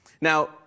Now